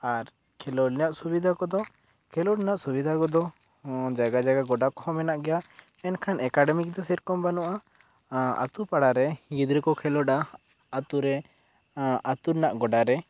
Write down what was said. ᱟᱨ ᱠᱷᱮᱞᱚᱰ ᱨᱮᱱᱟᱜ ᱥᱩᱵᱤᱫᱟ ᱠᱚᱫᱚ ᱠᱷᱮᱞᱚᱰ ᱨᱮᱱᱟᱜ ᱥᱩᱵᱤᱫᱟ ᱠᱚᱫᱚ ᱡᱟᱭᱜᱟ ᱡᱟᱭᱜᱟ ᱜᱚᱰᱟ ᱠᱚᱦᱚᱸ ᱢᱮᱱᱟᱜ ᱜᱤᱭᱟ ᱮᱱᱠᱷᱟᱱ ᱮᱠᱟᱰᱢᱤᱠ ᱫᱚ ᱥᱮᱨᱚᱠᱚᱢ ᱵᱟᱹᱱᱩᱜᱼᱟ ᱟᱛᱳ ᱯᱟᱲᱟ ᱨᱮ ᱜᱤᱫᱽᱨᱟᱹ ᱠᱚ ᱠᱷᱮᱞᱚᱰᱟ ᱟᱛᱳ ᱨᱮ ᱟᱛᱳ ᱨᱮᱱᱟᱜ ᱜᱚᱰᱟ ᱨᱮ